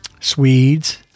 Swedes